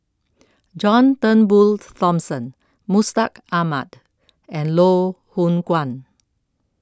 John Turnbull Thomson Mustaq Ahmad and Loh Hoong Kwan